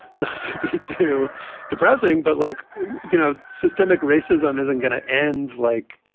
not to be too depressing, but like, you know, systemic racism isn't going to end, like,